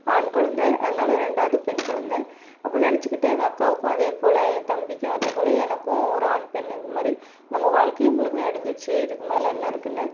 ஆண் குழந்த அதனால் ரெண்டாவது பெண் குழந்த அப்போ நினச்சிக்கிட்டேன் எங்கள் அக்காவுக்கும் அதேபோல் என் தம்பிக்கும் அதேபோல் எனக்கும் ஒரு ஆண் பெண் இதுமாதிரி நம்ம வாழ்க்கையே முழுமை அடைஞ்சிடுச்சு இதுக்கு மேலே என்ன இருக்குன்னு